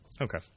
okay